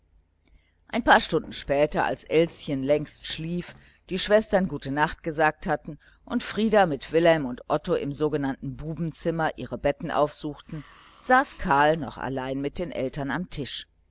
ein paar stunden später als elschen längst schlief die schwestern gute nacht gesagt hatten und frieder mit wilhelm und otto im sogenannten bubenzimmer ihre betten aufsuchten saß karl noch allein mit den eltern am tisch